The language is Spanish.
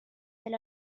del